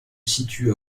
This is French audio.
situe